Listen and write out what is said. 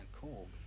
Cool